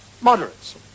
moderates